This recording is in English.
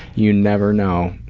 you never know.